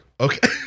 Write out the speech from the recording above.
Okay